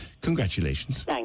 Congratulations